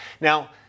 Now